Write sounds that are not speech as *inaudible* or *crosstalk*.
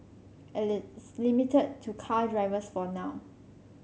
*unintelligible* limited to car drivers for now